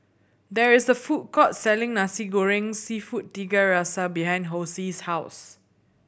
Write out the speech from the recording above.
there is a food court selling Nasi Goreng Seafood Tiga Rasa behind Hosie's house